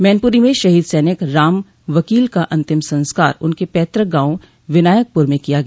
मैनपुरी में शहीद सैनिक राम वकील का अंतिम संस्कार उनके पैतृक गांव विनायकपुर में किया गया